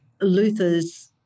Luther's